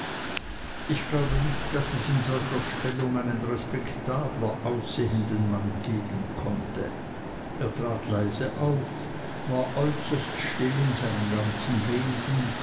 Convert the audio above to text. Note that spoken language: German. ich glaube nicht daß es in solcher stellung einen respektabler aussehenden mann geben konnte er trat leise auf war äußerst still in seinem ganzen wesen